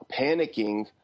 panicking